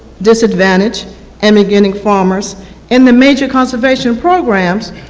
disadvantaged and beginning farmers and the major conservation programs